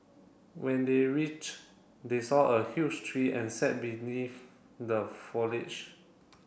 when they reached they saw a huge tree and sat beneath the foliage